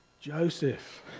Joseph